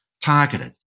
targeted